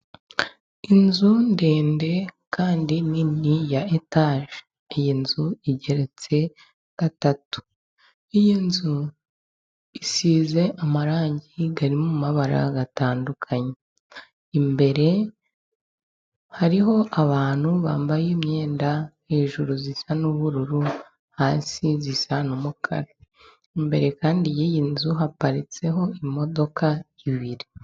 Inzu ndende kandi nini ya etaje. Iyi nzu igeretse gatatu. Iyi nzu isize amarangi arimo amabara agatandukanye. Imbere hariho abantu bambaye imyenda hejuru isa n'ubururu hasi isa n'umukara. Imbere kandi y'iyi nzu haparitseho imodoka ebyiri.